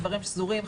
הדברים שזורים,